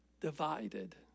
divided